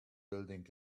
building